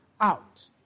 out